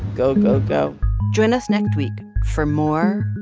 go, go, go join us next week for more.